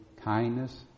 kindness